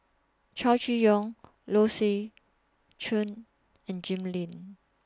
Chow Chee Yong Low Swee Chen and Jim Lim